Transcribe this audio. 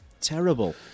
Terrible